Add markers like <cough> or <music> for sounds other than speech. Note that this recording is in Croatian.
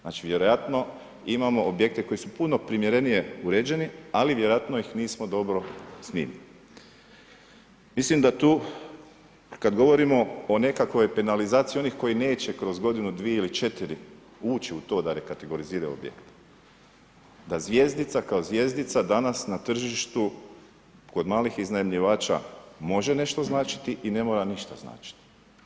Znači, vjerojatno imamo objekte koji su puno primjerenije uređeni, ali vjerojatno ih nismo dobro ... <unintelligible> Mislim da tu, kad govorimo o nekakvoj penalizaciji onih koji neće kroz godinu, dvije ili četiri ući u to da rekategoriziraju objekt, da zvjezdica kao zvjezdica danas na tržištu kod malih iznajmljivača može nešto značiti i ne mora ništa značiti.